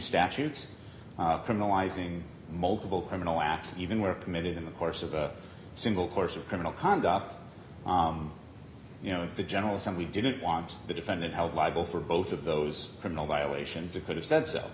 statutes criminalizing multiple criminal acts even were committed in the course of a single course of criminal conduct you know if the general assembly didn't want the defendant held liable for both of those criminal violations you could have said so